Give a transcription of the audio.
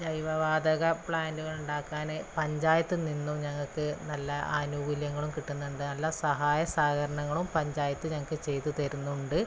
ജൈവ വാതക പ്ലാന്റുകളുണ്ടാക്കാന് പഞ്ചായത്തില്നിന്നും ഞങ്ങള്ക്ക് നല്ല ആനുകൂല്യങ്ങളും കിട്ടുന്നുണ്ട് നല്ല സഹായ സഹകരണങ്ങളും പഞ്ചായത്ത് ഞങ്ങള്ക്ക് ചെയ്തു തരുന്നുണ്ട്